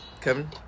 Kevin